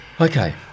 Okay